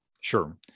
sure